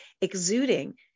exuding